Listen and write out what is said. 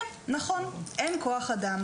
כן, נכון, אין כוח אדם.